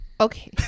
Okay